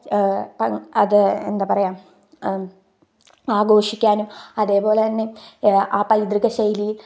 അത് എന്താപറയുക ആഘോഷിക്കാനും അതേപോലെത്തന്നെ ആ പൈതൃകശൈലിയിൽ